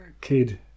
Kid